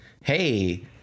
hey